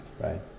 right